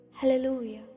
Hallelujah